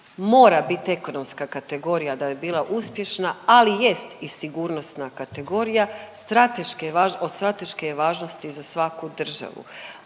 mora bit ekonomska kategorija da bi bila uspješna, ali jest i sigurnosna kategorija. Od strateške je važnosti za svaku državu.